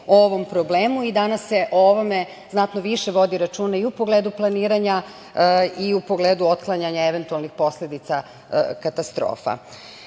o ovom problemu i danas se o ovome znatno više vodi računa i u pogledu planiranja i u pogledu otklanjanja eventualnih posledica katastrofa. Pošto